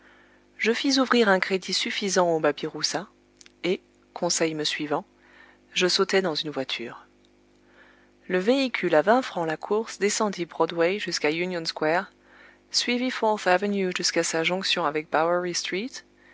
je fis ouvrir un crédit suffisant au babiroussa et conseil me suivant je sautai dans une voiture le véhicule à vingt francs la course descendit broadway jusqu'à union square suivit fourth avenue jusqu'à sa jonction avec